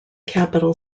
capital